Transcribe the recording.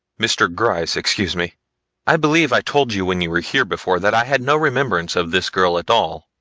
mr. gryce excuse me i believe i told you when you were here before that i had no remembrance of this girl at all.